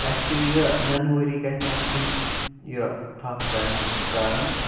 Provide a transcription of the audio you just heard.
اَسہِ یہِ ننہٕ ؤری گَژھِ نہٕ اَسہِ کُنہِ یہِ تھپھ کَرٕنۍ تارَن